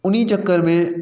उन ई चक्कर में